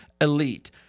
elite